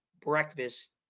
breakfast